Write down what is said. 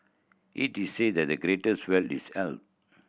it is said that the greatest wealth is health